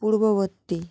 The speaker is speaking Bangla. পূর্ববর্তী